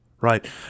Right